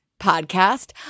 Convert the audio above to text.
podcast